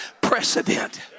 precedent